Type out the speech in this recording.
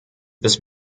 this